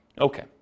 Okay